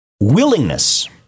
willingness